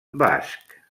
basc